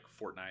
Fortnite